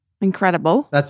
Incredible